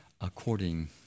according